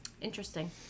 interesting